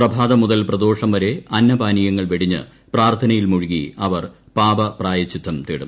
പ്രഭാതം മുതൽ പ്രദോഷ്ട്ര പ്രെ അന്നപാനീയങ്ങൾ വെടിഞ്ഞ് പ്രാർഥനയിൽ മുഴുകി അവ്ർ പാപപ്രായച്ചിത്തം തേടും